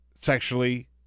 sexually